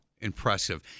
impressive